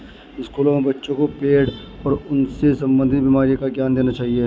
स्कूलों में बच्चों को पेड़ और उनसे संबंधित बीमारी का ज्ञान देना चाहिए